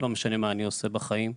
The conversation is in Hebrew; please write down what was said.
לא משנה מה אני עושה בחיים,